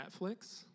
Netflix